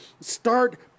start